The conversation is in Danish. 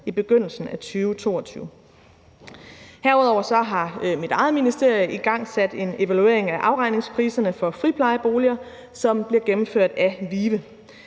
i begyndelsen af 2022. Herudover har mit eget ministerium igangsat en evaluering af afregningspriserne for friplejeboliger, som bliver gennemført af VIVE.